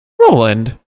Roland